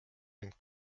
mind